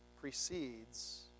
precedes